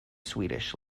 swedish